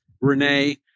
Renee